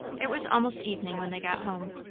it was almost evening when they got home.